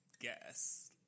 guess